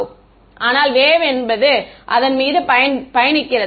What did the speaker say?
மாணவர் ஆனால் வேவ் அதன் மீது பயணிக்கிறது